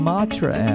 Matra